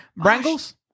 Brangles